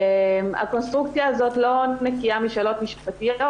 הקונסטרוקציה הזאת לא נקייה משאלות משפטיות.